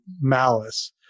malice